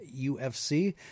UFC